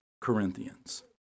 Corinthians